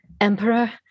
Emperor